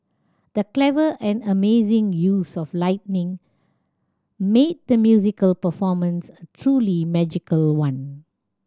the clever and amazing use of lighting made the musical performance truly magical one